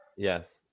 Yes